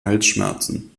halsschmerzen